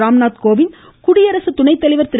ராம்நாத் கோவிந்த் குடியரசு துணைக்கலைவர் திரு